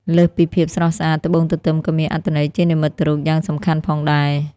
លើសពីភាពស្រស់ស្អាត ត្បូងទទឹមក៏មានអត្ថន័យជានិមិត្តរូបយ៉ាងសំខាន់ផងដែរ។